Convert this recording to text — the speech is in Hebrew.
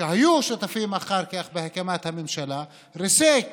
מי שהיו שותפים אחר כך בהקמת הממשלה, ריסק